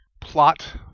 plot